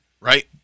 right